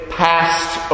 passed